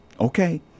okay